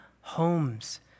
homes